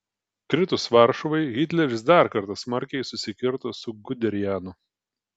kritus varšuvai hitleris dar kartą smarkiai susikirto su guderianu